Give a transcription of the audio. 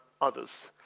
others